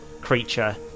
creature